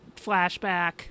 flashback